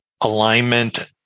alignment